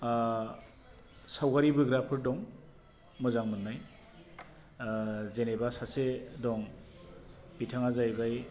आ सावगारि बोग्राफोर दं मोजां मोन्नाय ओ जेरैबा सासे दं बिथाङा जाहैबाय